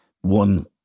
one